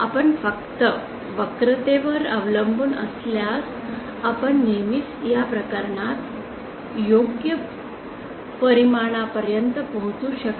आपण फक्त वक्रतेवर अवलंबून असल्यास आपण नेहमीच या प्रकरणात योग्य परिणामापर्यंत पोहोचू शकत नाही